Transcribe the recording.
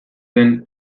den